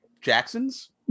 Jackson's